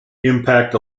impact